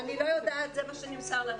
אני לא יודעת, זה מה שנמסר לנו.